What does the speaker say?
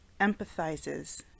empathizes